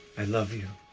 i love you.